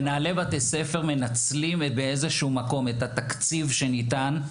מנהלי בתי ספר מנצלים באיזשהו מקום את התקציב שניתן,